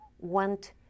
want